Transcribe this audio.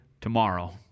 tomorrow